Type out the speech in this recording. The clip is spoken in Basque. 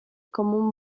common